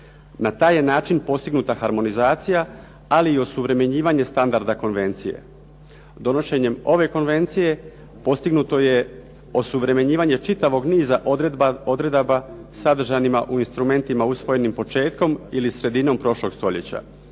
Na taj je način postignuta harmonizacija, ali i osuvremenjivanje standarda konvencije. Donošenjem ove konvencije postignuto je osuvremenjivanje čitavog niza odredaba sadržanima u instrumentima početkom ili sredinom prošlog stoljeća,